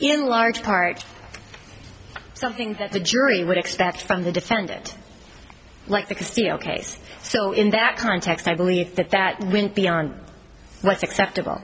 in large part something that the jury would expect from the defendant like the steel case so in that context i believe that that went beyond what's acceptable